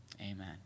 Amen